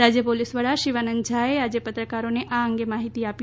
રાજ્ય પોલીસ વડા શિવાનંદ ઝાએ આજે પત્રકારોને આ અંગે માહિતી આપી